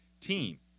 team